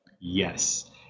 yes